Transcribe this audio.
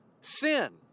Sin